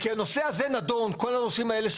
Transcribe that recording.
אפשר להגיד שהתוספת השלישית ובכלל זה הוראות אלה,